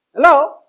Hello